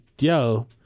Yo